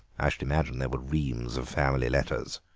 i should imagine there were reams of family letters.